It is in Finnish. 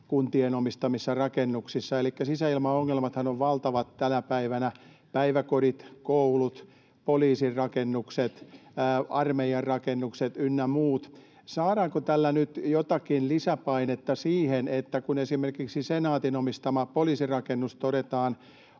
kuntien omistamissa rakennuksissa. Elikkä sisäilmaongelmathan ovat valtavat tänä päivänä: päiväkodit, koulut, poliisin rakennukset, armeijan rakennukset ynnä muut. Saadaanko tällä nyt jotakin lisäpainetta siihen? Kun esimerkiksi Senaatin omistama poliisin rakennus todetaan